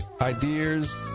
ideas